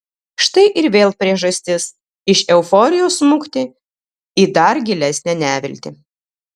štai ir vėl priežastis iš euforijos smukti į dar gilesnę neviltį